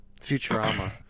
Futurama